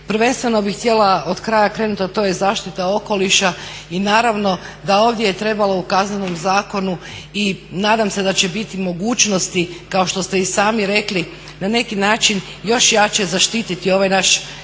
prvenstveno bih htjela od kraja krenuti a to je zaštita okoliša i naravno da ovdje je trebalo u Kaznenom zakonu i nadam se da će biti mogućnosti kao što ste i sami rekli na neki način još jače zaštiti ovaj naš